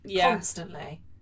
constantly